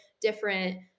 different